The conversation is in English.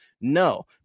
No